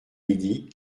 midi